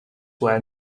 were